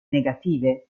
negative